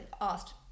asked